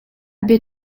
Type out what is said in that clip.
bia